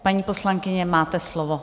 Paní poslankyně, máte slovo.